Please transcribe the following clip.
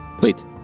wait